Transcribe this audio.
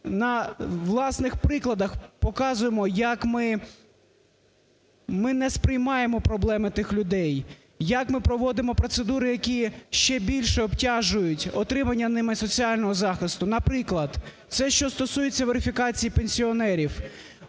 на власних прикладах показуємо, як ми не сприймаємо проблеми тих людей, як ми проводимо процедури, які ще більше обтяжують отримання ними соціального захисту. Наприклад, це що стосується верифікації пенсіонерів.